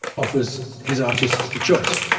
offers his artists the choice.